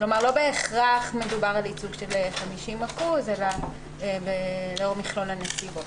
כלומר לא בהכרח מדובר על ייצוג של 50% אלא לאור מכלול הנסיבות.